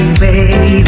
baby